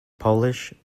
polish